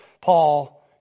Paul